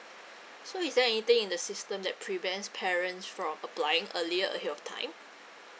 so is there anything in the system that prevents parents from applying earlier ahead of time